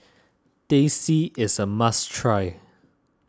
Teh C is a must try